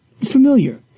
familiar